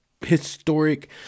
historic